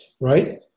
right